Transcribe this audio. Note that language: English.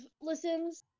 listens